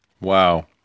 Wow